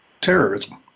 terrorism